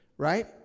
Right